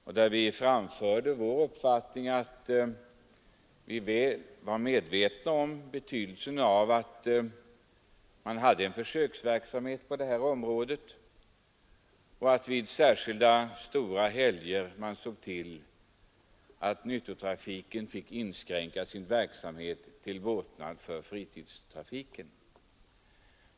I motionen framförde vi vår uppfattning att vi var medvetna om betydelsen av att man hade en försöksverksamhet på det här området och vid särskilda, stora helger såg till att nyttotrafiken fick inskränka sin verksamhet till båtnad för fritidstrafiken.